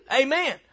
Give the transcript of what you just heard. Amen